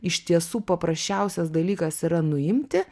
iš tiesų paprasčiausias dalykas yra nuimti